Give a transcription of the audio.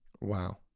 Wow